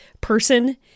person